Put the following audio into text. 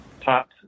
top